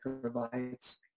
provides